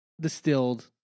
distilled